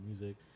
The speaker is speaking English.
music